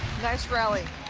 nice rally.